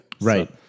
Right